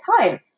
time